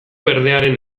berdearen